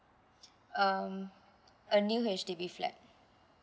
um a new H_D_B flat